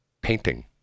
Painting